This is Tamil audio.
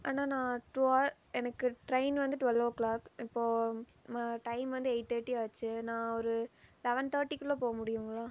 அண்ணா நான் டு அ எனக்கு ட்ரெயின் வந்து டுவல் ஓ க்ளாக் இப்போது டைம் வந்து எய்ட் தேர்ட்டி ஆச்சு நான் ஒரு லெவன் தேர்ட்டிக்குள்ளே போக முடியுங்களா